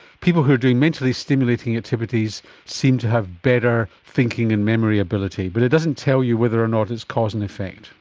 people who do mentally stimulating activities seem to have better thinking and memory ability. but it doesn't tell you whether or not it's cause and effect.